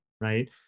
right